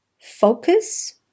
focus